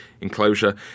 enclosure